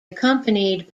accompanied